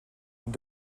nous